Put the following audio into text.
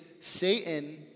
Satan